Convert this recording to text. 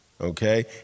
Okay